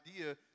idea